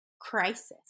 crisis